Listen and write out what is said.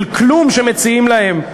של כלום שמציעים להם.